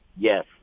Yes